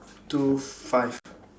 two five